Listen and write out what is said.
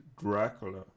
Dracula